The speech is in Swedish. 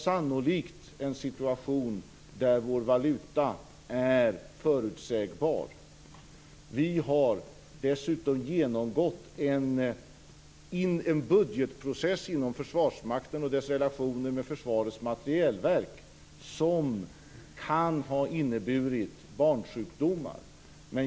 Sannolikt har vi en situation där vår valuta är förutsägbar. Vi har dessutom genomgått en budgetprocess inom Försvarsmakten och dess relationer med Försvarets materielverk. Den kan ha inneburit barnsjukdomar.